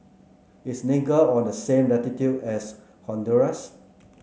is Niger on the same latitude as Honduras